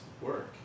work